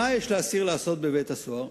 מה יש לאסיר לעשות בבית-הסוהר?